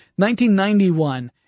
1991